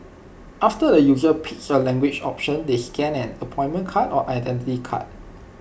after the user picks A language option they scan an appointment card or Identity Card